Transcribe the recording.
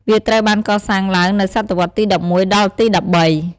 វាត្រូវបានកសាងឡើងនៅសតវត្សទី១១ ដល់ទី១៣។